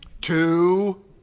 two